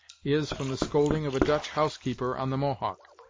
is from the scolding of a dutch house keeper on the mohawk.